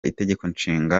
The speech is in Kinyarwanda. itegekonshinga